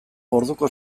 orduko